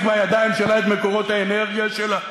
בידיים שלה את מקורות האנרגיה שלה?